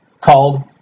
called